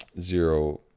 zero